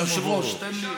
אתה רוצה?